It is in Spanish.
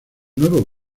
nuevo